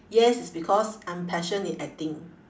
yes is because I'm passion in acting